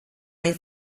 hain